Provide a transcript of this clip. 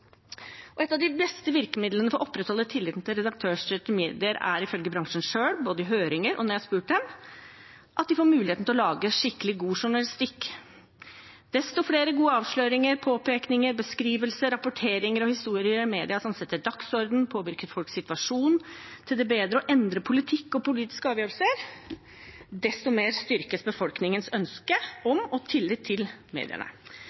min. Et av de beste virkemidlene for å opprettholde tilliten til redaktørstyrte medier er ifølge bransjen selv, både i høringer og når jeg har spurt dem, at de får muligheten til å lage skikkelig god journalistikk. Jo flere gode avsløringer, påpekninger, beskrivelser, rapporteringer og historier i mediene som setter dagsorden, påvirker folks situasjon til det bedre og endrer politikk og politiske avgjørelser, desto mer styrkes befolkningens ønske om og tillit til mediene.